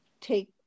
take